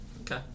Okay